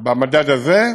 במדד הזה,